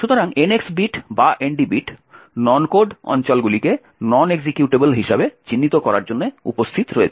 সুতরাং NX bit বা ND bit non code অঞ্চলগুলিকে নন এক্সিকিউটেবল হিসাবে চিহ্নিত করার জন্য উপস্থিত রয়েছে